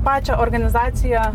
pačią organizaciją